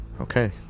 Okay